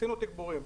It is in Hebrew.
עשינו תגבורים.